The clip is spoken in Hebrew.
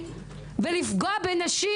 ולפגוע בנשים